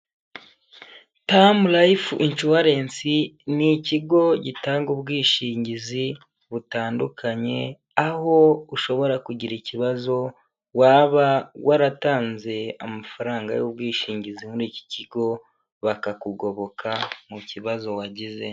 Tamu Layifu Inshuwarensi ni ikigo gitanga ubwishingizi butandukanye, aho ushobora kugira ikibazo waba waratanze amafaranga y'ubwishingizi muri iki kigo bakakugoboka mu kibazo wagize.